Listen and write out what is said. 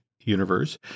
universe